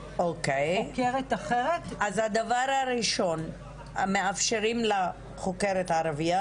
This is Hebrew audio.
חוקרת אחרת --- אז דבר ראשון מאפשרים לה להיחקר על ידי חוקרת ערבייה,